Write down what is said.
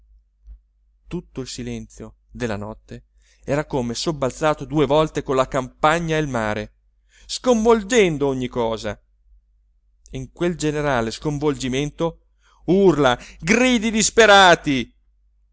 tutto il silenzio della notte era come sobbalzato due volte con la campagna e il mare sconvolgendo ogni cosa e in quel generale sconvolgimento urla gridi disperati